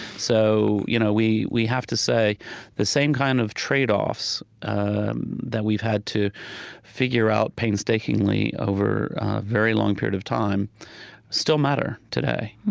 so you know we we have to say the same kind of trade-offs and that we've had to figure out painstakingly over a very long period of time still matter today